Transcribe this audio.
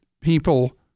people